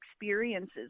experiences